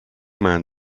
man